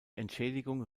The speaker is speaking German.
entschädigung